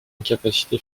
incapacité